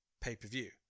pay-per-view